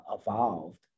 evolved